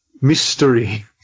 mystery